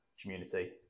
community